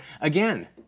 again